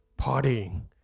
partying